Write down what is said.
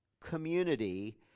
community